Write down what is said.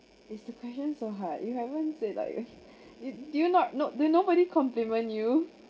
is the question so hard you haven't say like it did you not know did nobody compliment you